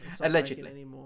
Allegedly